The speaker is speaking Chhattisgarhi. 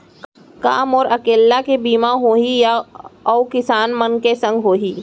का मोर अकेल्ला के बीमा होही या अऊ किसान मन के संग होही?